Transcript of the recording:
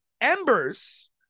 embers